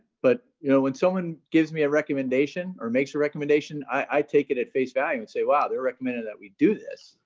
but you know when someone gives me a recommendation or makes a recommendation, i take it at face value and say, wow, they recommended that we do this.